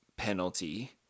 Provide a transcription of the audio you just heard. penalty